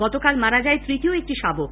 গতকাল মারা যায় তৃতীয় একটি শাবক